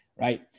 right